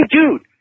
dude